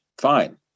fine